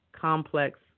complex